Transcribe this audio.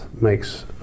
makes